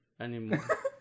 anymore